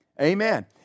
Amen